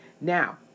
Now